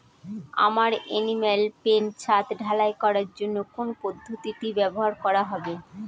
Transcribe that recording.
আমার animal pen ছাদ ঢালাই করার জন্য কোন পদ্ধতিটি ব্যবহার করা হবে?